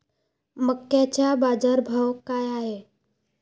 मक्याचा बाजारभाव काय हाय?